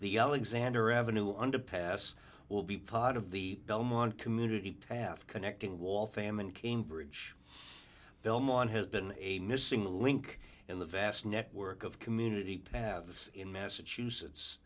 the alexander avenue underpass will be part of the belmont community path connecting wall famine cambridge belmont has been a missing link in the vast network of community pav in massachusetts